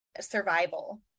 survival